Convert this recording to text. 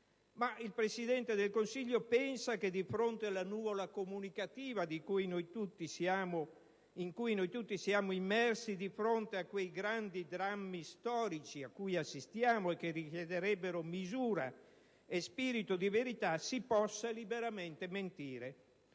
Ma il Presidente del Consiglio pensa che di fronte alla nuvola comunicativa in cui noi tutti siamo immersi, di fronte a quei grandi drammi storici a cui assistiamo e che richiederebbero misura e spirito di verità si possa liberamente mentire,